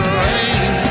rain